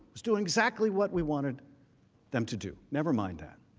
doing exactly what we wanted them to do. nevermind that.